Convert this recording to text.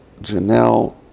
Janelle